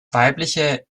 weibliche